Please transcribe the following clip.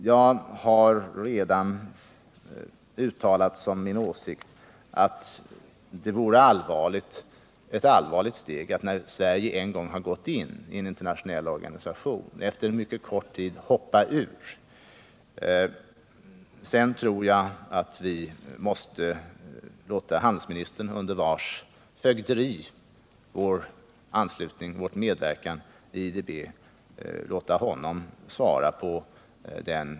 Jag har redan framfört min åsikt att det vore allvarligt om Sverige gick ur en internationell organisation efter att ha varit med i den så kort tid. Eftersom frågan lyder under handelsministerns fögderi tror jag att vi skall låta honom uttala sig om vår fortsatta anslutning och medverkan i IDB.